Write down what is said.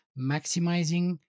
maximizing